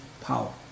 power